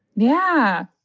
yeah,